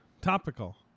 Topical